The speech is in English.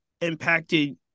impacted